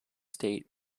state